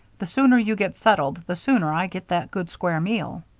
the sooner you get settled, the sooner i get that good square meal.